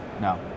No